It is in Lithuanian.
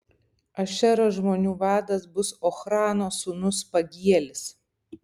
ašero žmonių vadas bus ochrano sūnus pagielis